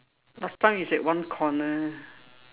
last time is at one corner